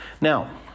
now